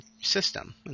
system